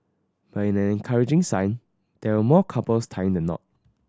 but in an encouraging sign there were more couples tying the knot